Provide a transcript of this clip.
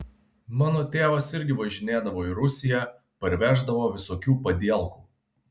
mano tėvas irgi važinėdavo į rusiją parveždavo visokių padielkų